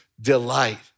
delight